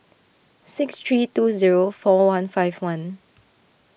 six three two zero four one five one